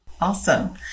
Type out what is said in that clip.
Awesome